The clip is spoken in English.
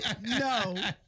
No